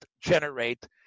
generate